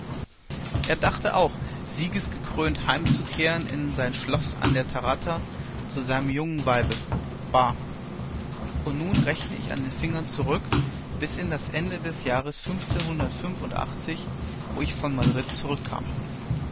er dachte auch siegesgekrönt heimzukehren in sein schloß an der jarama zu seinem jungen weibe bah und nun rechne ich an den fingern zurück bis in das ende des jahres eintausendfünfhundertundfünfundachtzig wo ich von madrid zurückkam